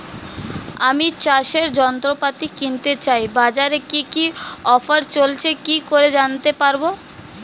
আমি চাষের যন্ত্রপাতি কিনতে চাই বাজারে কি কি অফার চলছে কি করে জানতে পারবো?